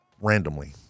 randomly